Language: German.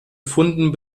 funden